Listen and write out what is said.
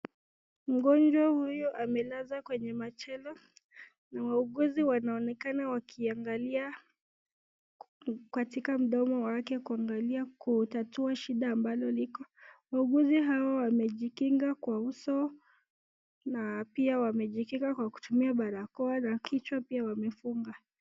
Mgonjwa huyu amelazwa kwenye machela na wauguzi wanaonekana wakiangalia katika mdomo wake kuangalia kutatua shida ambalo liko. Wauguzi hawa wamejikinga kwa uso na pia wamejikinga kwa kutumia barakoa na kichwa pia wamefunga.